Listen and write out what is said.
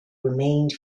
remained